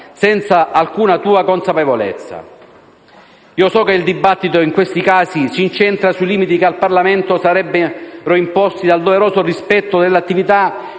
senza alcuna tua consapevolezza. So che il dibattito in questi casi si incentra sui limiti che al Parlamento sarebbero imposti dal doveroso rispetto dell'attività